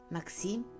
Maxim